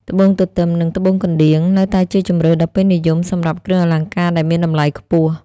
ត្បូងទទឹម និងត្បូងកណ្ដៀង នៅតែជាជម្រើសដ៏ពេញនិយមសម្រាប់គ្រឿងអលង្ការដែលមានតម្លៃខ្ពស់។